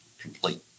complete